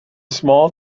small